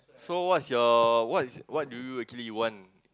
so what is your what's what do you actually want